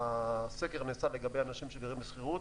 הסקר נעשה לגבי אנשים שגרים בשכירות